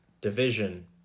division